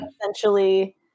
essentially